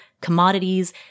commodities